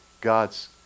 God's